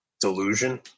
delusion